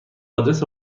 آدرس